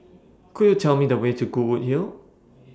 Could YOU Tell Me The Way to Goodwood Hill